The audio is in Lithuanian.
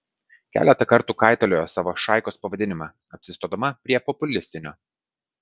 keletą kartų kaitaliojo savo šaikos pavadinimą apsistodama prie populistinio